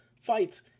fights